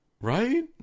Right